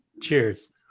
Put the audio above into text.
cheers